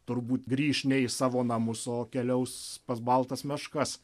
turbūt grįš ne į savo namus o keliaus pas baltas meškas